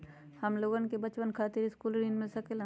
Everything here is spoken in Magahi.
हमलोगन के बचवन खातीर सकलू ऋण मिल सकेला?